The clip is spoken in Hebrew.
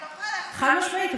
את לא יכולה, חד-משמעית.